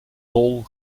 tol